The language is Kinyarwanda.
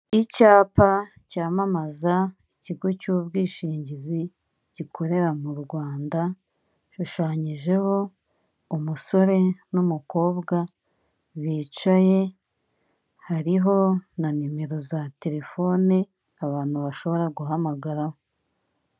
Icyapa cyamamaza ikigo cy'ubwishingizi gikorera mu Rwanda gishushanyijeho umusore n'umukobwa bicaye hariho na nimero za telefone abantu bashobora guhamagaraho.